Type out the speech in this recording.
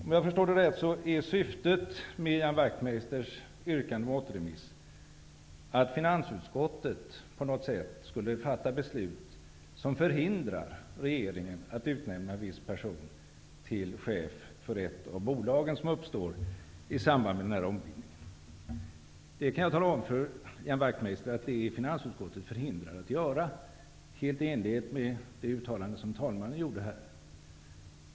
Om jag förstår det rätt är syftet med Ian Wachtmeisters yrkande om återremiss att finansutskottet på något sätt skulle fatta beslut som förhindrar regeringen att utnämna viss person till chef för ett av bolagen som uppstår i samband med ombildningen. Jag kan tala om för Ian Wachtmeister att finansutskottet är förhindrat göra det, helt i enlighet med det uttalande som talmannen gjorde här.